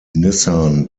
nissan